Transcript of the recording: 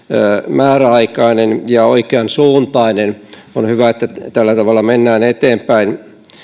määräaikainen ja oikeansuuntainen on hyvä että tällä tavalla mennään eteenpäin